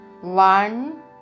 one